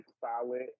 solid